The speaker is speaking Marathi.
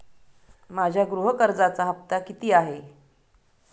माझ्या गृह कर्जाचा हफ्ता किती आहे?